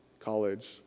college